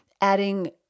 adding